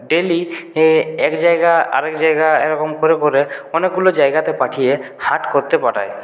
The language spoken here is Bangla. ডেলি এ একজায়গা আরেক জায়গা এরকম করে করে অনেকগুলো জায়গাতে পাঠিয়ে হাট করতে পাঠায়